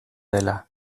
dela